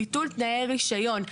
ביטול תנאי רישיון.